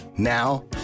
Now